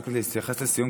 רק להתייחס לסיום,